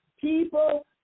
People